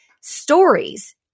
stories